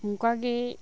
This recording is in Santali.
ᱚᱱᱠᱟ ᱜᱮ